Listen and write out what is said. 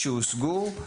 שהושגו,